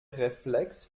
reflex